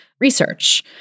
research